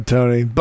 Tony